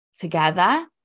together